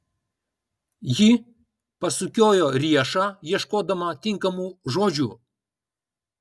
ji pasukiojo riešą ieškodama tinkamų žodžių